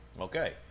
Okay